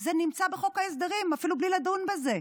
זה נמצא בחוק ההסדרים אפילו בלי לדון בזה.